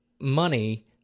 money